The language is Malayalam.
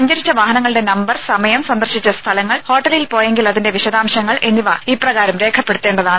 സഞ്ചരിച്ച വാഹനങ്ങളുടെ നമ്പർ സമയം സന്ദർശിച്ച സ്ഥലങ്ങൾ ഹോട്ടലിൽ പോയെങ്കിൽ അതിന്റെ വിശദാംശങ്ങൾ എന്നിവ ഇപ്രകാരം രേഖപ്പെടുത്തേണ്ടതാണ്